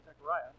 Zechariah